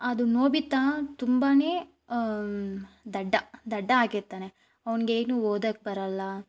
ಅದು ನೋಬಿತಾ ತುಂಬಾ ದಡ್ಡ ದಡ್ಡ ಆಗಿರ್ತಾನೆ ಅವ್ನ್ಗೆ ಏನು ಓದಕೆ ಬರಲ್ಲ